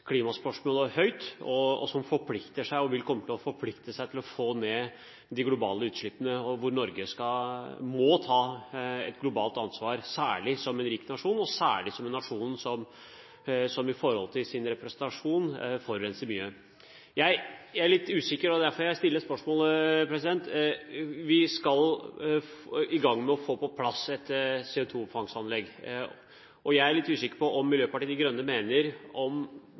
klimaspørsmålet høyt, og som forplikter seg og vil komme til å forplikte seg til å få ned de globale utslippene. Norge må ta et globalt ansvar, særlig som en rik nasjon, og særlig som en nasjon som i forhold til sin representasjon forurenser mye. Vi skal i gang med å få på plass et CO2-fangstanlegg. Jeg er litt usikker på om Miljøpartiet De Grønne mener at det først og fremst må komme et anlegg i Norge, eller om